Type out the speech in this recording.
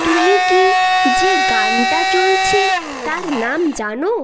তুমি কি যে গানটা চলছে তার নাম জানো